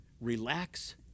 relax